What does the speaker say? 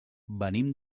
venim